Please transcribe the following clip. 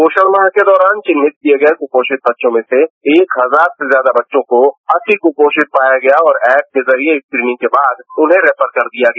पोषण माह के दौरान चिनिह्त किए गए कृपोषित बच्चों में से एक हजार से ज्यादा बच्चों को अति कृपोषित पाया गया और एप के जरिए स्क्रीनिंग के बाद उन्हें रेफर कर दिया गया